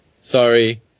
Sorry